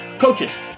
coaches